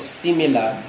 similar